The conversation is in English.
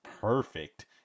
perfect